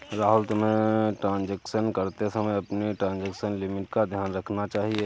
राहुल, तुम्हें ट्रांजेक्शन करते समय अपनी ट्रांजेक्शन लिमिट का ध्यान रखना चाहिए